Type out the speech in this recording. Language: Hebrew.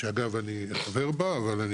שאגב אני חבר בה וגם